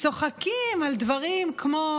צוחקים על דברים כמו